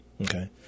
Okay